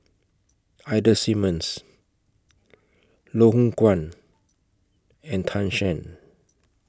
Ida Simmons Loh Hoong Kwan and Tan Shen